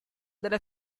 della